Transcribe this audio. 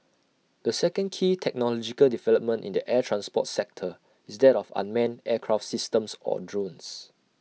the second key technological development in the air transport sector is that of unmanned aircraft systems or drones